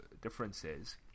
differences